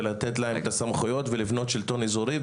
ובמקומן לבנות שלטון אזורי.